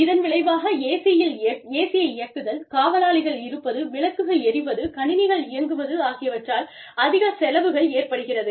இதன் விளைவாக AC -ஐ இயக்குதல் காவலாளிகள் இருப்பது விளக்குகள் எரிவது கணினிகள் இயங்குவது ஆகியவற்றால் அதிக செலவுகள் ஏற்படுகிறது